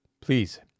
Please